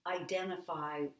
identify